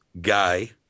guy